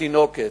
התינוקת,